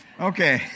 Okay